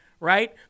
right